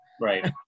Right